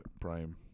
prime